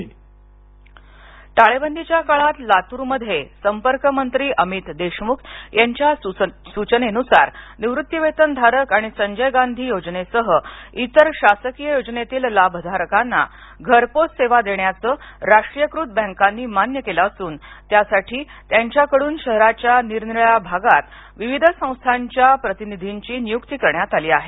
निवृत्ती वेतन टाळेबंदीच्या काळात लातूरमध्ये संपर्कमंत्री अमित देशमुख यांच्या सूचनेनुसार निवृत्तीवेतनधारक आणि संजय गांधी योजनेसह इतर शासकीय योजनेतील लाभधारकांना घरपोच सेवा देण्याचं राष्ट्रीयकृत बँकांनी मान्य केलं असून त्यासाठी त्यांच्याकडून शहराच्या निरनिराळ्या भागात विविध संस्थांच्या प्रतिनिधींची नियुक्ती करण्यात आली आहे